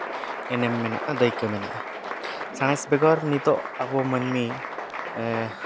ᱮᱱᱮᱢ ᱢᱮᱱᱟᱜᱼᱟ ᱫᱟᱹᱭᱠᱟᱹ ᱢᱮᱱᱟᱜᱼᱟ ᱥᱟᱬᱮᱥ ᱵᱮᱜᱚᱨ ᱱᱤᱛᱚᱜ ᱟᱵᱚ ᱢᱟᱹᱱᱢᱤ